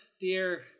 dear